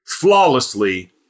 flawlessly